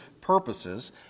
purposes